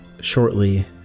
shortly